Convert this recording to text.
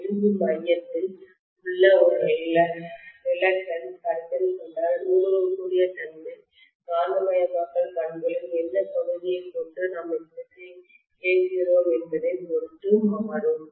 இரும்பு மையத்தில்கோரில் உள்ள ரிலக்டன்ஸ் கருத்தில் கொண்டால் ஊடுருவக்கூடிய தன்மை காந்தமயமாக்கல் பண்புகளின் எந்த பகுதியை கொண்டு நாம் எந்திரத்தை இயக்குகிறோம்என்பதை பொறுத்து மாறும்